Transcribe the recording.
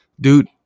Dude